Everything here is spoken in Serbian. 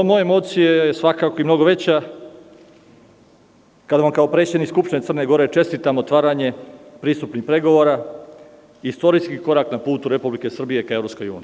Moja emocija je svakako i veća, kada vam kao predsednik Skupštine Crne Gore čestitam otvaranje pristupnih pregovora, istorijskom koraku na putu Republike Srbije ka EU.